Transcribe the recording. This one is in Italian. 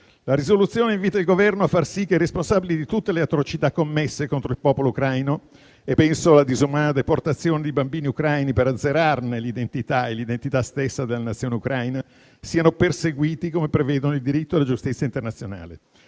la risoluzione invita il Governo a far sì che i responsabili di tutte le atrocità commesse contro il popolo ucraino - penso alla disumana deportazione di bambini ucraini per azzerarne l'identità stessa della Nazione Ucraina - siano perseguite come prevedono il diritto e la giustizia internazionale.